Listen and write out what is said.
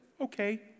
okay